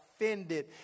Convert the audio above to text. offended